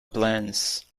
plans